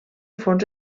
fons